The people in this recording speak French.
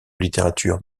littérature